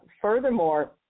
Furthermore